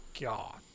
God